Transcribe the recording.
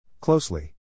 Closely